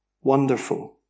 wonderful